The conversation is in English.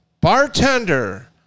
bartender